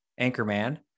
Anchorman